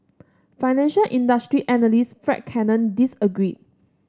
financial industry analyst Fred Cannon disagreed